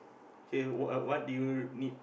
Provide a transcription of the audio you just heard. okay what what do you need